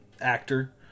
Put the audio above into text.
actor